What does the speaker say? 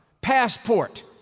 passport